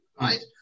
right